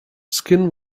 skin